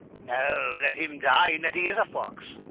no let him dye, in that he is a fox,